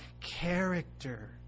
character